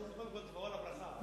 קודם כול, תבואו על הברכה.